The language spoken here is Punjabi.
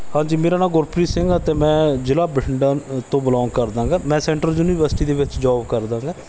ਹਾਂਜੀ ਮੇਰਾ ਨਾਮ ਗੁਰਪ੍ਰੀਤ ਸਿੰਘ ਆ ਅਤੇ ਮੈਂ ਜ਼ਿਲਾ ਬਠਿੰਡਾ ਤੋਂ ਬਿਲੋਂਗ ਕਰਦਾ ਗਾ ਮੈਂ ਸੈਂਟਰ ਯੂਨੀਵਰਸਿਟੀ ਦੇ ਵਿੱਚ ਜੋਬ ਕਰਦਾ ਸੀਗਾ